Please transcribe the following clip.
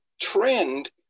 trend